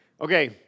Okay